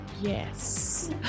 Yes